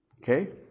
Okay